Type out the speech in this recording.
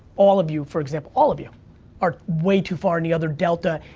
all of you for example, all of you are way too far in the other delta,